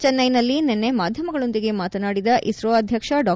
ಚೆನ್ನೆನಲ್ಲಿ ನಿನ್ನೆ ಮಾಧ್ಯಮಗಳೊಂದಿಗೆ ಮಾತನಾಡಿದ ಇಸ್ತೊ ಅಧ್ಯಕ್ಷ ಡಾ